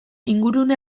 ingurune